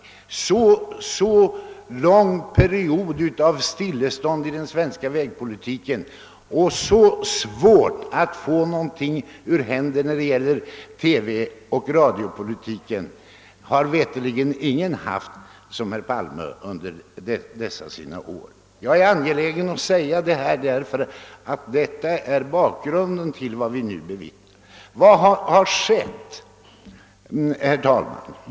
Så lång period av stillastående i den svenska vägpolitiken som rådde under herr Palmes tid som kommunikationsminister har mig veterligt inte förekommit tidigare, och så svårt att få någonting ur händerna när det gällt TV och radiopolitiken som herr Palme haft har ingen tidigare haft. Jag är angelägen att säga detta, eftersom det är bakgrunden till vad vi nu bevittnar. Vad har då skett, herr talman?